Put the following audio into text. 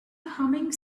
humming